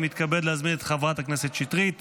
אני מתכבד להזמין את חברת הכנסת שטרית